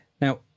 Now